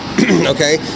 Okay